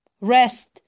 Rest